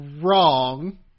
wrong